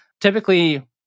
Typically